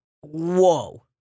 whoa